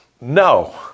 No